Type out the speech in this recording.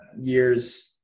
year's